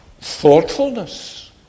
thoughtfulness